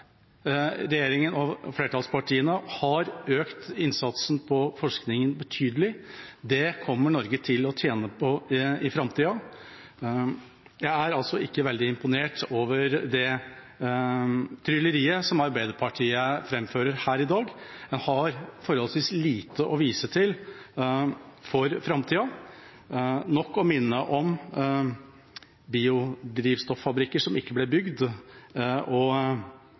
Regjeringa og flertallspartiene har økt innsatsen på forskning betydelig. Det kommer Norge til å tjene på i framtida. Jeg er altså ikke veldig imponert over det trylleriet som Arbeiderpartiet framfører her i dag. De har forholdsvis lite å vise til for framtida. Det er nok å minne om biodrivstoffabrikker som ikke ble bygd, og